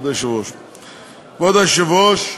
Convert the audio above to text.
כבוד היושבת-ראש,